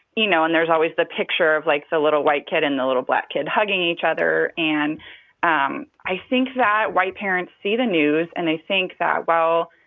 you know, and there's always the picture of, like, the little, white kid and the little, black kid hugging each other and um i think that white parents see the news. and they think that, well,